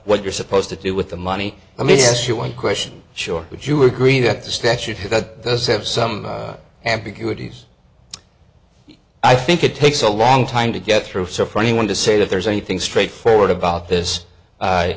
what you're supposed to do with the money i mean yes your one question sure would you agree that the statute has got does have some ambiguities i think it takes a long time to get through so for anyone to say that there's anything straightforward about this